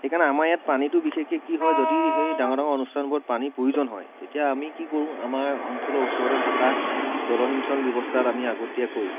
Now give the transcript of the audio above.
সেইকাৰণে আমাৰ ইয়াত পানীটো বিশেষকৈ কি হয় যদি সেই ডাঙৰ ডাঙৰ অনুষ্ঠানবোৰত পানী প্ৰয়োজন হয় তেতিয়া আমি কি কৰো আমাৰ অঞ্চলৰ ওচৰতে থকা জলসিঞ্চল ব্যৱস্থাত আমি আগতীয়াকৈ